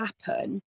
happen